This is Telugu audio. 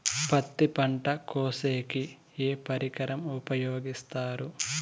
పత్తి పంట కోసేకి ఏ పరికరం ఉపయోగిస్తారు?